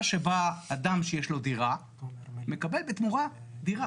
שבה אדם שיש לו דירה מקבל בתמורה דירה.